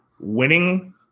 winning